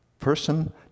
person